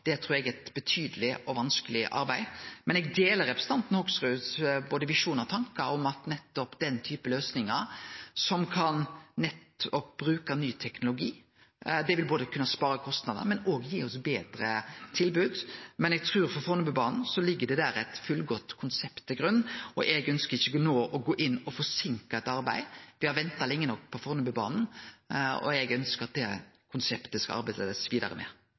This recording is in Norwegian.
trur eg er eit betydeleg og vanskeleg arbeid. Men eg deler representanten Hoksruds både visjon og tankar om at nettopp den typen løysingar som kan bruke ny teknologi, vil kunne spare kostnader, men òg gi oss betre tilbod. Men eg trur at for Fornebubanen ligg det eit fullgodt konsept til grunn, og eg ønskjer ikkje no å gå inn og forseinke eit arbeid. Me har venta lenge nok på Fornebubanen, og eg ønskjer at det skal arbeidast vidare med